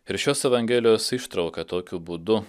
ir šios evangelijos ištrauka tokiu būdu